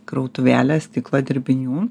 krautuvėlė stiklo dirbinių